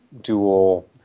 dual